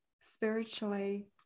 spiritually